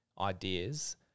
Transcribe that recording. ideas